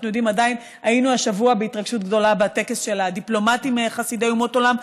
היינו השבוע בהתרגשות גדולה בטקס של הדיפלומטים חסידי אומות עולם.